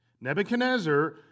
Nebuchadnezzar